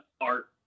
art